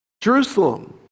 Jerusalem